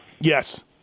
Yes